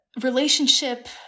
relationship